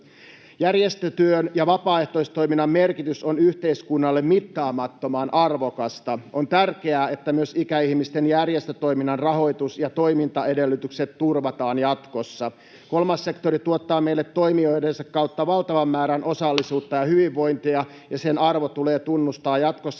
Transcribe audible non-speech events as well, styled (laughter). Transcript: Järjestötyön ja vapaaehtoistoiminnan merkitys on yhteiskunnalle mittaamattoman arvokasta. On tärkeää, että myös ikäihmisten järjestötoiminnan rahoitus ja toimintaedellytykset turvataan jatkossa. Kolmas sektori tuottaa meille toimijoidensa kautta valtavan määrän osallisuutta (noise) ja hyvinvointia, ja sen arvo tulee tunnustaa jatkossa